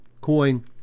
coin